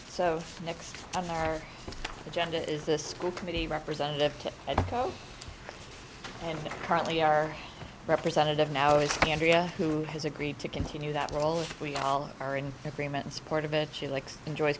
so next on our agenda is the school committee representative and currently our representative now is andrea who has agreed to continue that role and we are in agreement in support of it she likes enjoy